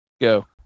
go